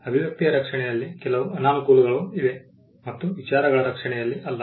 ಅಭಿವ್ಯಕ್ತಿಯ ರಕ್ಷಣೆಯಲ್ಲಿ ಕೆಲವು ಅನಾನುಕೂಲಗಳೂ ಇವೆ ಮತ್ತು ವಿಚಾರಗಳ ರಕ್ಷಣೆಯಲ್ಲಿ ಅಲ್ಲ